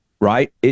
right